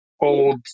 old